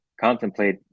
contemplate